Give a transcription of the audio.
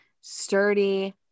Sturdy